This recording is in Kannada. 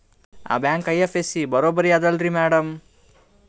ಆ ಬ್ಯಾಂಕ ಐ.ಎಫ್.ಎಸ್.ಸಿ ಬರೊಬರಿ ಅದಲಾರಿ ಮ್ಯಾಡಂ?